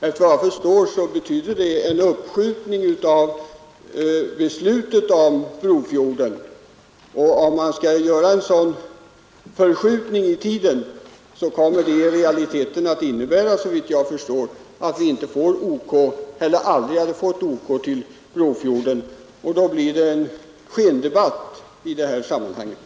Efter vad jag förstår betyder det en uppskjutning av beslutet om Brofjorden, och om man skulle göra en sådan förskjutning i tiden kommer det väl i realiteten att innebära att vi aldrig skulle fått OK till Brofjorden. Då blir det en skendebatt som förs i det här sammanhanget.